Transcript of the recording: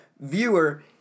viewer